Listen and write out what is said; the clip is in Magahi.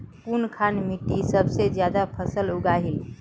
कुनखान मिट्टी सबसे ज्यादा फसल उगहिल?